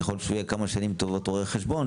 ככל שהוא יהיה כמה שנים טובות רואה חשבון,